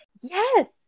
Yes